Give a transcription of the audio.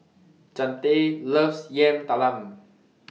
Chante loves Yam Talam